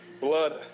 blood